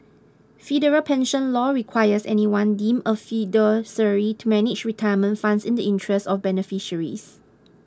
federal pension law requires anyone deemed a fiduciary to manage retirement funds in the interests of beneficiaries